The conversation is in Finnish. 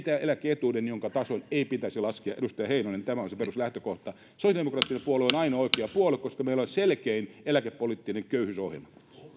eläke etuuden jonka tason ei pitäisi laskea edustaja heinonen tämä on se peruslähtökohta sosiaalidemokraattinen puolue on ainoa oikea puolue koska meillä on selkein eläkepoliittinen köyhyysohjelma